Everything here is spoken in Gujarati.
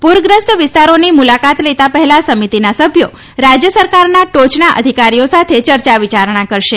પુરગ્રસ્ત વિસ્તારોની મુલાકાત લેતા પહેલાં સમિતિના સભ્યો રાજ્ય સરકારના ટોચના અધિકારીઓ સાથે ચર્ચા વિચારણા કરશે